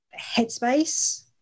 headspace